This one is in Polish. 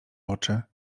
oczy